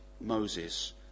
Moses